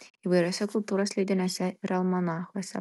įvairiuose kultūros leidiniuose ir almanachuose